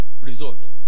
resort